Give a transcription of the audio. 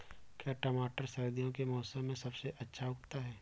क्या टमाटर सर्दियों के मौसम में सबसे अच्छा उगता है?